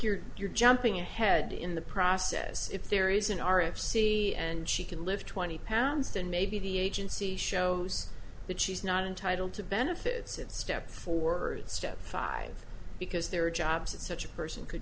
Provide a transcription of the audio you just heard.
you're you're jumping ahead in the process if there is an r f c and she can live twenty pounds and maybe the agency shows that she's not entitled to benefits and step for step five because there are jobs at such a person could